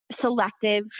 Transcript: selective